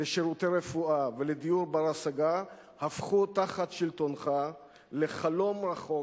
לשירותי רפואה ולדיור בר-השגה הפכה תחת שלטונך לחלום רחוק,